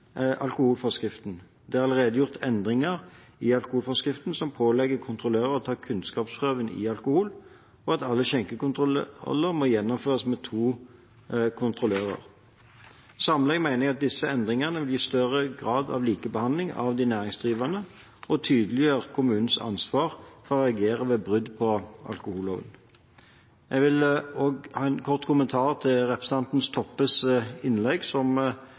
alkoholforskriften. Det er allerede gjort endringer i alkoholforskriften som pålegger kontrollører å ta kunnskapsprøven i alkohol, og at alle skjenkekontroller må gjennomføres med to kontrollører. Samlet mener jeg disse endringene vil gi større grad av likebehandling av de næringsdrivende og tydeliggjøre kommunens ansvar for å reagere ved brudd på alkoholloven. Jeg vil også gi en kort kommentar til representanten Toppes innlegg,